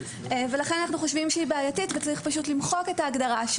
לכן אנחנו חושבים שההגדרה של מדור היא בעייתית וצריך למחוק אותה.